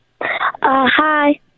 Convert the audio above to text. Hi